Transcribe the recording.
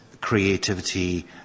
creativity